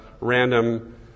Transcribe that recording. random